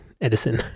Edison